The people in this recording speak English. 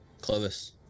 Clovis